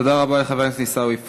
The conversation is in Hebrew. תודה רבה לחבר הכנסת עיסאווי פריג'.